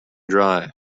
dry